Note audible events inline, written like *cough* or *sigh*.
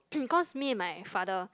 *coughs* cause me and my father